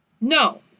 No